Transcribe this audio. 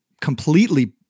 completely